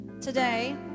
today